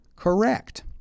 correct